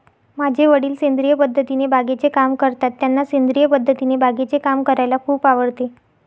माझे वडील सेंद्रिय पद्धतीने बागेचे काम करतात, त्यांना सेंद्रिय पद्धतीने बागेचे काम करायला खूप आवडते